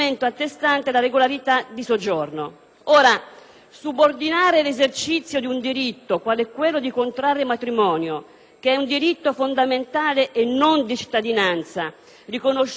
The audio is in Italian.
subordinare l'esercizio di un diritto - quale quello al contrarre matrimonio - che è un diritto fondamentale e non di cittadinanza, riconosciuto alla persona in quanto tale e non in quanto cittadina,